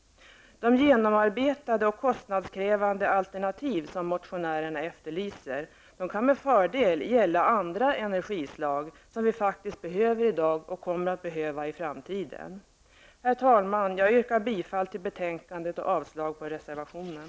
De genomarbetade och kostnadskrävande alternativ som motionärerna efterlyser kan med fördel gälla andra energislag som vi faktiskt behöver i dag och kommer att behöva i framtiden. Herr talman! Jag yrkar bifall till hemställan i betänkandet och avslag på reservationen.